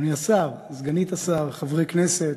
אדוני השר, סגנית השר, חברי הכנסת,